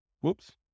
Whoops